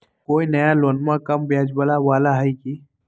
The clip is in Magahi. कोइ नया लोनमा कम ब्याजवा वाला हय की?